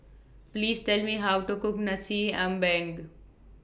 Please Tell Me How to Cook Nasi Ambeng